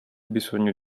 bisogno